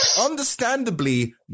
understandably